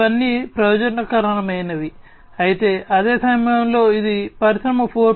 ఇవన్నీ ప్రయోజనకరమైనవి అయితే అదే సమయంలో ఇది పరిశ్రమ 4